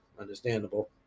understandable